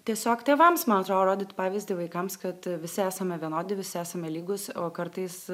tiesiog tėvams man atrodo rodyt pavyzdį vaikams kad visi esame vienodi visi esame lygūs o kartais